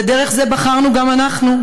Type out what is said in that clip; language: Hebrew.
ודרך זה בחרנו גם אנחנו,